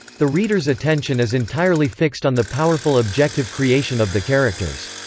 the reader's attention is entirely fixed on the powerful objective creation of the characters.